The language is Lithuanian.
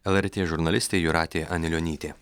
lrt žurnalistė jūratė anilionytė